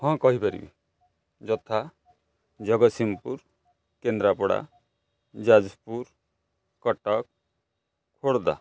ହଁ କହିପାରିବି ଯଥା ଜଗତସିଂହପୁର କେନ୍ଦ୍ରାପଡ଼ା ଯାଜପୁର କଟକ ଖୋର୍ଦ୍ଧା